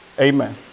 Amen